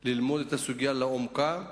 ללמוד את הסוגיה לעומקה.